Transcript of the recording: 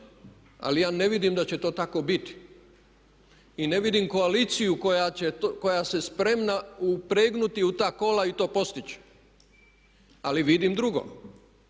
Ali ja ne vidim da će to tako biti! I ne vidim koaliciju koja se spremna upregnuti u ta kola i to postići. Ali vidim drugo.